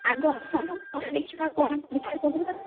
ଆଗ ଆସନ୍ତୁ ପରେ ଦେଖିବା କଣ ପରୀକ୍ଷା କରିବା